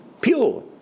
Pure